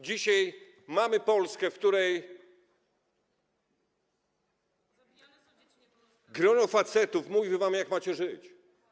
Dzisiaj mamy Polskę, w której grono facetów mówi wam, jak macie żyć.